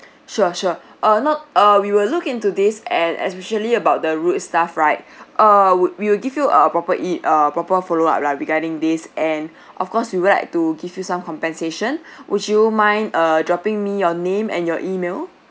sure sure uh not uh we will look into this and especially about the rude staff right err would we will give you a proper e~ uh proper follow up lah regarding this and of course we would like to give you some compensation would you mind err dropping me your name and your E-mail